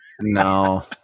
No